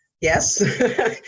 Yes